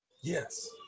Yes